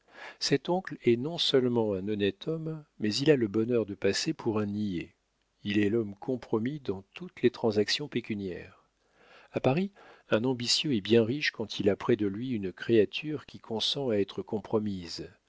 cet oncle est non-seulement un honnête homme mais il a le bonheur de passer pour un niais il est l'homme compromis dans toutes les transactions pécuniaires a paris un ambitieux est bien riche quand il a près de lui une créature qui consent à être compromise